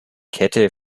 kette